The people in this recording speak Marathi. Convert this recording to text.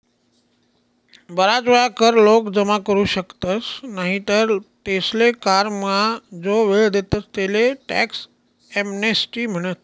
बराच वेळा कर लोक जमा करू शकतस नाही तर तेसले करमा जो वेळ देतस तेले टॅक्स एमनेस्टी म्हणतस